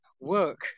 work